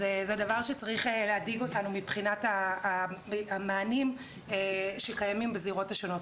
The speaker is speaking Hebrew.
אז זה דבר שצריך להדאיג אותנו מבחינת המענים שקיימים בזירות השונות.